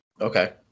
Okay